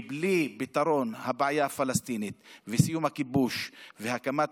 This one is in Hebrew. כי בלי פתרון הבעיה הפלסטינית וסיום הכיבוש והקמת